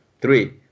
three